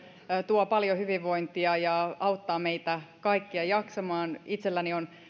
tuo paljon hyvinvointia ja auttaa meitä kaikkia jaksamaan itselläni on